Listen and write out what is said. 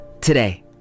today